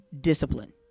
discipline